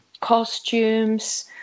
costumes